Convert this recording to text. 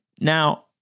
Now